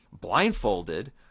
Blindfolded